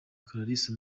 clarisse